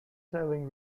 selling